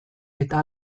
eta